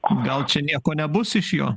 gal čia nieko nebus iš jo